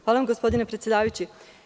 Hvala vam gospodine predsedavajući.